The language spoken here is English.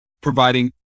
providing